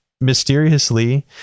mysteriously